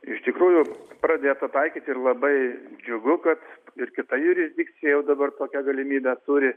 iš tikrųjų pradėta pataikyti ir labai džiugu kad ir kita jurisdikcija jau dabar tokią galimybę turi